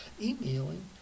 emailing